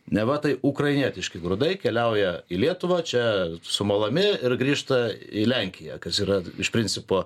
neva tai ukrainietiški grūdai keliauja į lietuvą čia sumalami ir grįžta į lenkiją kas yra iš principo